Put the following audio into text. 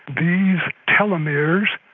these telomeres,